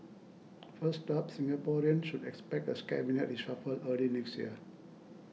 first up Singaporeans should expect a Cabinet reshuffle early next year